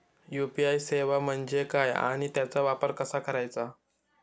UPI सेवा म्हणजे काय आणि त्याचा वापर कसा करायचा?